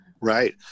Right